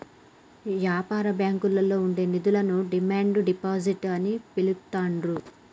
యాపార బ్యాంకుల్లో ఉండే నిధులను డిమాండ్ డిపాజిట్ అని పిలుత్తాండ్రు